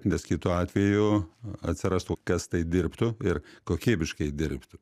nes kitu atveju atsirastų kas tai dirbtų ir kokybiškai dirbtų